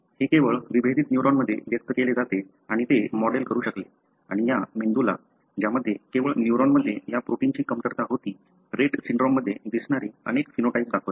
हे केवळ विभेदित न्यूरॉनमध्ये व्यक्त केले जाते आणि ते मॉडेल करू शकले आणि या ऍनिमलंला ज्यामध्ये केवळ न्यूरॉनमध्ये या प्रोटीनची कमतरता होती रेट सिंड्रोममध्ये दिसणारे अनेक फिनोटाइप दाखवले